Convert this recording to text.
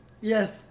Yes